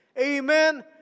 Amen